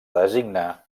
designar